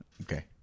Okay